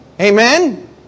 Amen